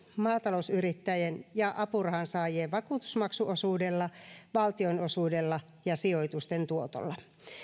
maatalousyrittäjien ja apurahansaajien vakuutusmaksuosuudella valtion osuudella ja sijoitusten tuotolla